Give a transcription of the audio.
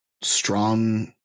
strong